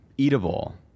Eatable